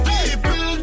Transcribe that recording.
People